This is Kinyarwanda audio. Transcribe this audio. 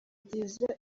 byiza